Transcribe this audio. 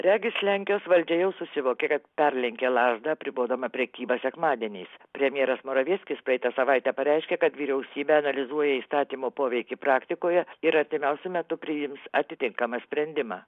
regis lenkijos valdžia jau susivokė kad perlenkė lazdą apribodama prekybą sekmadieniais premjeras moravieckis praeitą savaitę pareiškė kad vyriausybė analizuoja įstatymo poveikį praktikoje ir artimiausiu metu priims atitinkamą sprendimą